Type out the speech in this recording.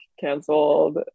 canceled